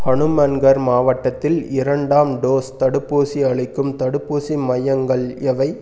ஹனுமன்கர் மாவட்டத்தில் இரண்டாம் டோஸ் தடுப்பூசி அளிக்கும் தடுப்பூசி மையங்கள் எவை